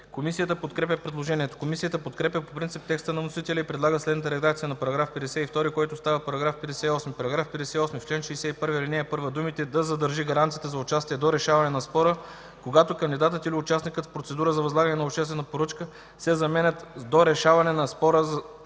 Комисията подкрепя предложението. Комисията подкрепя по принцип текста на вносителя и предлага следната редакция на § 52, който става § 58: „§ 58. В чл. 61, ал. 1 думите „да задържи гаранцията за участие до решаване на спора, когато кандидатът или участникът в процедура за възлагане на обществена поръчка“ се заменят с „до решаване на спора да